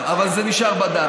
לשעבר, אבל זה נשאר בדם.